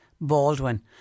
Baldwin